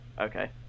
Okay